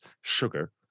sugar